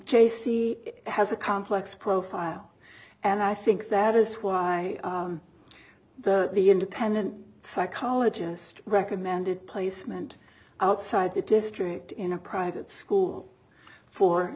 c has a complex profile and i think that is why the the independent psychologist recommended placement outside the district in a private school for